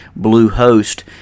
Bluehost